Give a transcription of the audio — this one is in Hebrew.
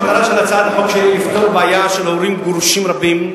המטרה של הצעת החוק שלי היא לפתור בעיה של הורים גרושים רבים.